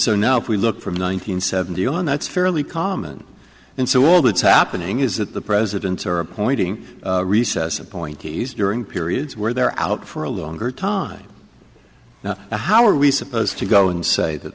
so now if we look from one thousand nine hundred seventy on that's fairly common and so all that's happening is that the presidents are appointing recess appointees during periods where they're out for a longer time how are we supposed to go and say that